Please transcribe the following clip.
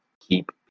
keep